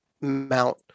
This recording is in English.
mount